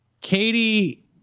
Katie